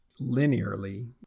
linearly